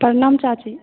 प्रणाम चाची